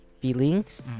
feelings